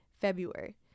February